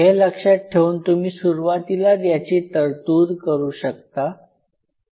हे लक्षात ठेवून तुम्ही सुरुवातीलाच याची तरतूद करू शकता